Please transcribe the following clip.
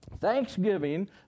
Thanksgiving